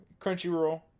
crunchyroll